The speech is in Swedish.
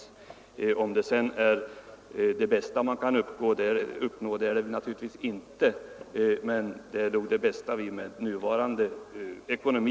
Det är naturligtvis inte det bästa man kan uppnå, men det är nog det bästa vi kan åstadkomma med nuvarande ekonomi.